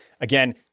Again